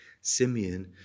Simeon